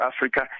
Africa